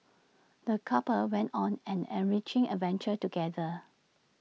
the couple went on an enriching adventure together